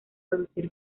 producir